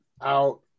out